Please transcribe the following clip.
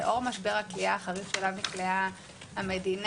בשל משבר הכליאה החריף שאליו נקלעה המדינה